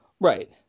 Right